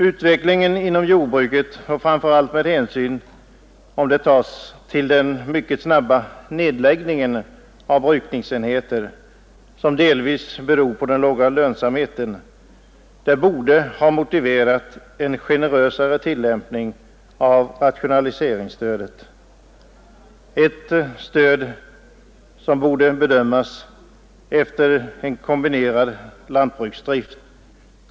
Utvecklingen inom jordbruket — framför allt om hänsyn tas till den mycket snabba nedläggningen av brukningsenheter, som delvis beror på den låga lönsamheten — borde ha motiverat en generösare tillämpning av rationaliseringsstödet, ett stöd som borde bedömas med en kombinerad lantbruksdrift som utgångspunkt.